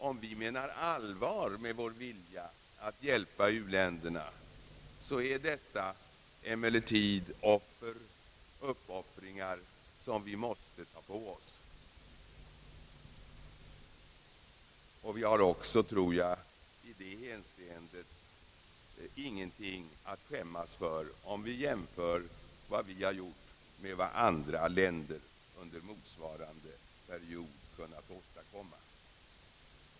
Om vi menar allvar med vår vilja att hjälpa u-länderna är detta emellertid uppoffringar som vi måste ta på oss. Och jag tror för min del att vi i det hänseendet inte har någonting att skämmas för om vi jämför våra insatser med vad andra länder kunnat åstadkomma under motsvarande period.